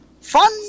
fun